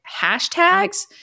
hashtags